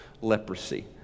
leprosy